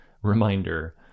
Reminder